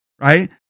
Right